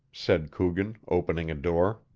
said coogan, opening a door.